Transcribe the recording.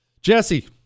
Jesse